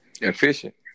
efficient